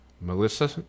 Melissa